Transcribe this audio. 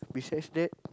besides that